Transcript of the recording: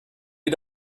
you